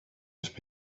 have